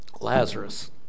Lazarus